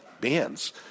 bands